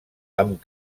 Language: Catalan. amb